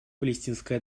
палестинской